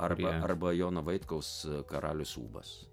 arba arba jono vaitkaus karalius ūbas